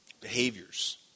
behaviors